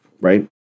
right